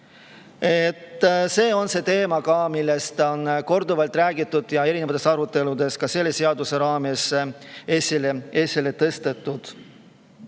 See on teema, millest on korduvalt räägitud ja mida on erinevates aruteludes ka selle seaduse raames esile tõstetud.